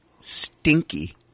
Stinky